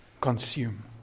consume